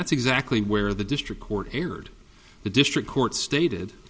that's exactly where the district court erred the district court stated